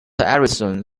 ellison